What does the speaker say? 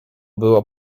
było